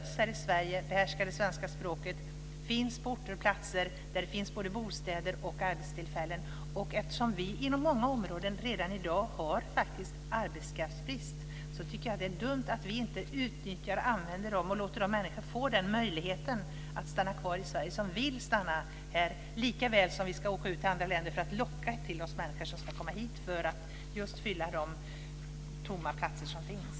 De behärskar det svenska språket och de finns på orter och platser där det finns både bostäder och arbetstillfällen. Eftersom vi på många områden redan i dag faktiskt har arbetskraftsbrist så tycker jag att det är dumt att vi inte utnyttjar och använder detta tillfälle, och låter de människorna som vill stanna få möjligheten att stanna kvar i Sverige likaväl som att vi ska åka ut till andra länder för att locka till oss människor som ska komma hit för att fylla de tomma platser som finns.